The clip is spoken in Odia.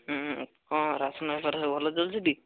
ହୁଁ କ'ଣ ରାସନ୍ ବେପାର ସବୁ ଭଲ ଚାଲିଛି ଟି